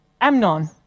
Amnon